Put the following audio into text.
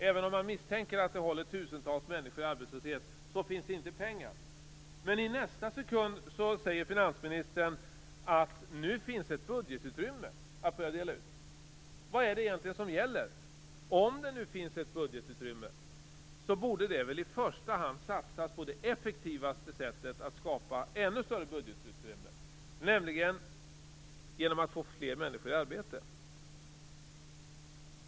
Även om man misstänker att det håller tusentals människor i arbetslöshet finns det inte pengar. Men i nästa sekund säger finansministern att nu finns det ett budgetutrymme att börja dela ut. Vad är det egentligen som gäller? Om det finns ett budgetutrymme så borde det väl i första hand satsas på det effektivaste sättet att skapa ett ännu större budgetutrymme, nämligen genom att få fler människor i arbete.